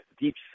deep